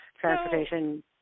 transportation